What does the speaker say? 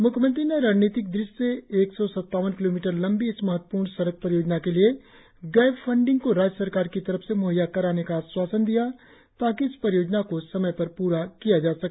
म्ख्यमंत्री ने रणनीतिक दृष्टि से एक सौ सत्तावन किलोमीटर लंबी इस महत्वपूर्ण सड़क परियोजना के लिए गैप फंडिंग को राज्य सरकार की तरफ से मुहैय्या कराने का आश्वासन दिया ताकि इस परियोजना को समय पर प्रा किया जा सके